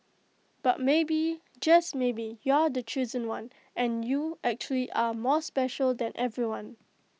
but maybe just maybe you're the chosen one and you actually are more special than everyone